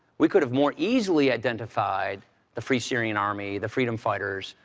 we could have more easily identified the free syrian army, the freedom fighters,